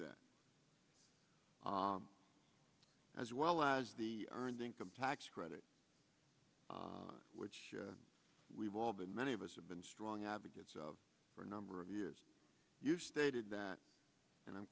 that as well as the earned income tax credit which we've all been many of us have been strong advocates of for a number of years you've stated that and i'm